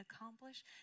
accomplish